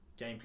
Gameplay